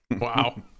Wow